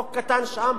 חוק קטן שם,